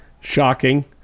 Shocking